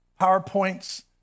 powerpoints